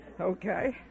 Okay